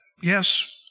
yes